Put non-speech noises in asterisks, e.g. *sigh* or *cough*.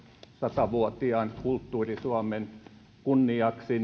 sata vuotiaan kulttuuri suomen kunniaksi *unintelligible*